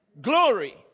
glory